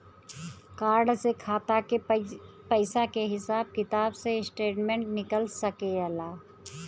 Card से खाता के पइसा के हिसाब किताब के स्टेटमेंट निकल सकेलऽ?